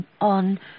on